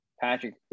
Patrick